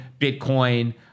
Bitcoin